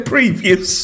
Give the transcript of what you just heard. previous